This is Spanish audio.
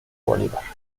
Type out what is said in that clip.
bolívar